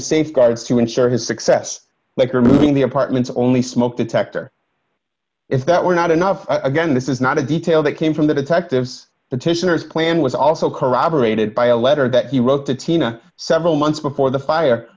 safeguards to ensure his success like removing the apartments only smoke detector if that were not enough again this is not a detail that came from the detectives the titian or his plan was also corroborated by a letter that he wrote to tina several months before the fire